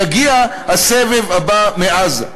יגיע הסבב הבא מעזה.